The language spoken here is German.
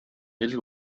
little